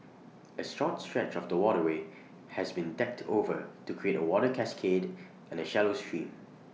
A short stretch of the waterway has been decked over to create A water cascade and A shallow stream